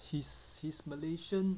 he's he's malaysian